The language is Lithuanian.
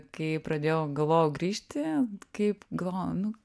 kai pradėjau galvojau grįžti kaip galvoju nu